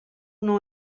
know